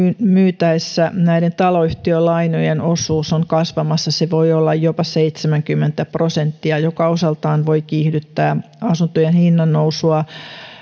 myytäessä näiden taloyhtiölainojen osuus on kasvamassa se voi olla jopa seitsemänkymmentä prosenttia mikä osaltaan voi kiihdyttää asuntojen hinnannousua